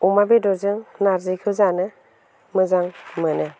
अमा बेदरजों नारजिखौ जानो मोजां मोनो